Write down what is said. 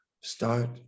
Start